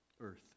Earth